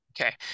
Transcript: Okay